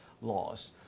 laws